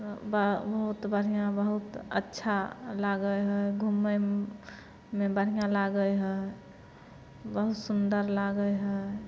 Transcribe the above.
बहुत बढ़िऑं बहुत अच्छा लागै है घुमैमे बढ़िऑं लागै है बहुत सुन्दर लागै है